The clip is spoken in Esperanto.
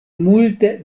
multe